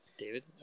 David